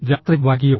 രാത്രി വൈകിയോ